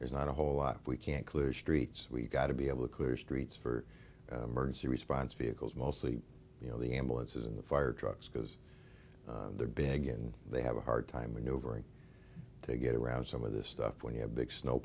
there's not a whole lot we can't clear streets we've got to be able to clear streets for the response vehicles mostly you know the ambulances and the fire trucks because they're big and they have a hard time going over it to get around some of this stuff when you have big snow